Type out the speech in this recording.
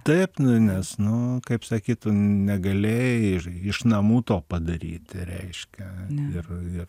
taip nes nu kaip sakyt tu negalėjai iš namų to padaryti reiškia ir ir